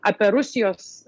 apie rusijos